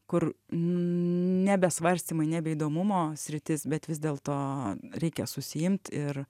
kur nebe svarstymai nebe įdomumo sritis bet vis dėlto reikia susiimt ir